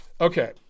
Okay